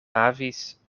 havis